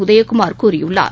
உதயகுமார் கூறியுள்ளார்